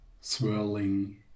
swirling